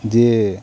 ᱡᱮ